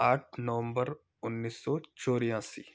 आठ नवम्बर उन्नीस सौ चौरासी